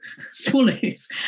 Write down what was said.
swallows